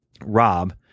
rob